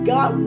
God